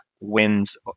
wins